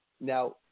Now